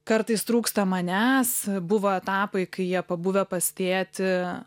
kartais trūksta manęs buvo etapai kai jie pabuvę pas tėtį